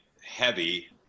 heavy